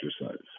exercise